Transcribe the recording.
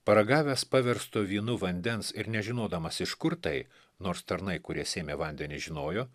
paragavęs paversto vynu vandens ir nežinodamas iš kur tai nors tarnai kurie sėmė vandenį žinojo